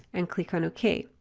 and click on ok,